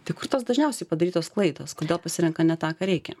tai kur tos dažniausiai padarytos klaidos kodėl pasirenka ne tą ką reikia